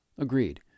Agreed